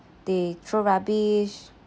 they throw rubbish